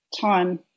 time